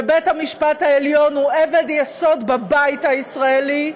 ובית-המשפט העליון הוא אבן יסוד בבית הישראלי,